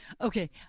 Okay